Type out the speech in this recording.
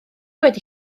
wedi